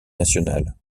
nationales